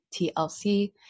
TLC